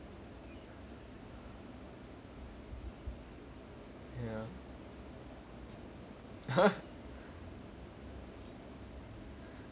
ya